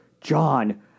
John